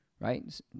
right